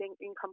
income